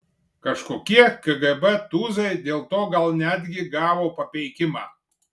kažkokie kgb tūzai dėl to gal netgi gavo papeikimą